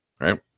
right